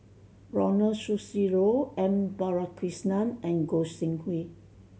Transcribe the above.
Ronald Susilo M Balakrishnan and Goi Seng Hui